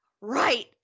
right